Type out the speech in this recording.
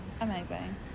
Amazing